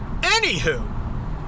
Anywho